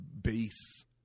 base